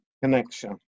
connection